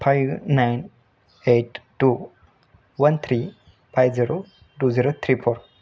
five nine eight two one three five zero two zero three four